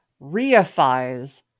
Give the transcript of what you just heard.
reifies